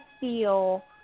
feel